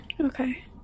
Okay